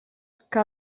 que